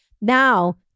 now